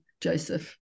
Joseph